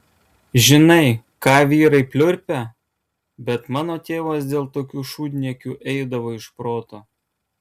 žinai ką vyrai pliurpia bet mano tėvas dėl tokių šūdniekių eidavo iš proto